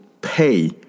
pay